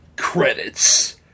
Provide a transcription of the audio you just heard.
Credits